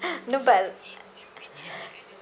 no but